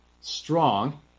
strong